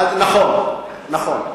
נכון, נכון.